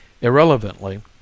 Irrelevantly